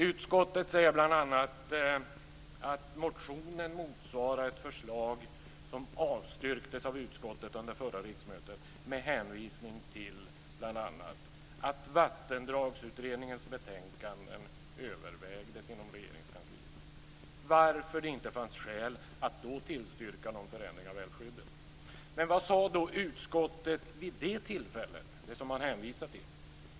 Utskottet säger bl.a. att motionen motsvarar ett förslag som avstyrktes av utskottet under förra riksmötet med hänvisning bl.a. till att Vattendragsutredningens betänkanden övervägdes inom Regeringskansliet varför det inte fanns skäl att då tillstyrka någon förändring av älvskyddet. Men vad sade då utskottet vid det tillfället, som man hänvisar till?